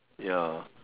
ya